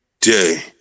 day